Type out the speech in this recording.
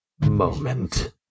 moment